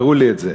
הראו לי את זה.